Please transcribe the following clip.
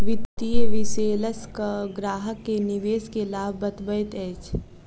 वित्तीय विशेलषक ग्राहक के निवेश के लाभ बतबैत अछि